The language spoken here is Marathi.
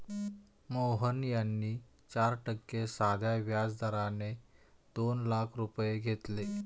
मोहन यांनी चार टक्के साध्या व्याज दराने दोन लाख रुपये घेतले